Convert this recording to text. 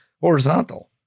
horizontal